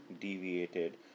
deviated